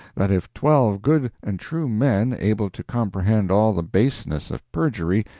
that if twelve good and true men, able to comprehend all the baseness of perjury,